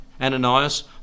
Ananias